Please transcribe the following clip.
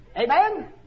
Amen